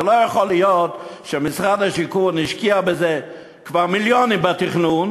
זה לא יכול להיות שמשרד השיכון השקיע כבר מיליונים בתכנון,